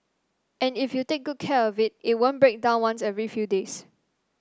and if you take good care of it it won't break down once every few days